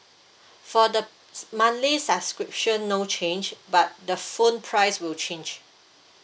for the monthly subscription no change but the phone price will change